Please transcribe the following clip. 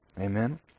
Amen